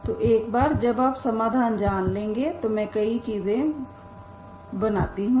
तो एक बार जब आप समाधान जान लेंगे तो मैं कई चीजें बनाती हूं